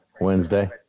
Wednesday